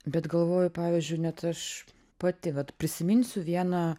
bet galvoju pavyzdžiui net aš pati vat prisiminsiu vieną